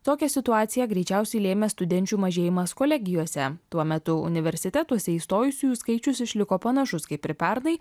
tokią situaciją greičiausiai lėmė studenčių mažėjimas kolegijose tuo metu universitetuose įstojusiųjų skaičius išliko panašus kaip ir pernai